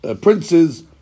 princes